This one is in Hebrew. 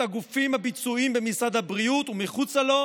הגופים הביצועיים במשרד הבריאות ומחוצה לו,